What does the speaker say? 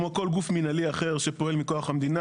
כמו כל גוף מנהלי אחר שפועל מכורח המדינה